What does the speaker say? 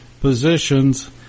positions